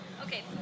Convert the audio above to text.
Okay